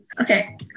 Okay